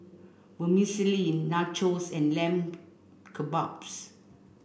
Vermicelli Nachos and Lamb Kebabs